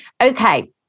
Okay